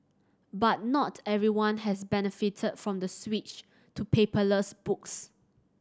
but not everyone has benefited from the switch to paperless books